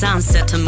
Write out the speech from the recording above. Sunset